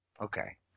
Okay